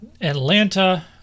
Atlanta